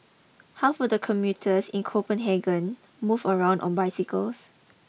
half of the commuters in Copenhagen move around on bicycles